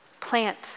Plant